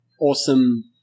awesome